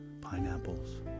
Pineapples